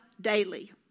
daily